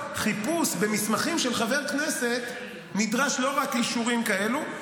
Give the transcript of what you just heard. חיפוש במסמכים של חבר כנסת דורש לא רק אישורים כאלה,